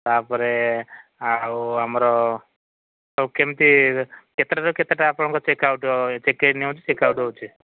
ତାପରେ ଆଉ ଆମର କେମିତି କେତେଟାରୁ କେତେଟା ଆପଣଙ୍କ ଚେକ୍ ଆଉଟ ଚେକ ଇନ ହେଉଛି ଚେକ୍ ଆଉଟ୍ ହେଉଛି